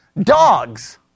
Dogs